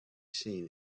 seen